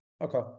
okay